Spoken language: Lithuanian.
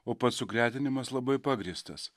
o pats sugretinimas labai pagrįstas